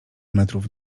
metrów